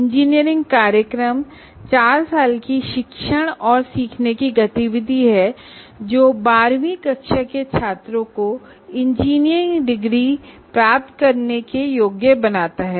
engineering programme चार साल की शिक्षण और सीखने की गतिविधि है जो 12 वीं कक्षा के छात्रों को इंजीनियरिंग डिग्री प्राप्त करने योग्य बनाता है